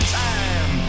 time